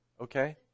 Okay